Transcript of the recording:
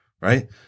right